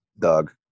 Doug